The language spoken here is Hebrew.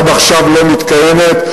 ועד עכשיו לא מתקיימת,